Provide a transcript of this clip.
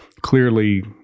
clearly –